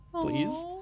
Please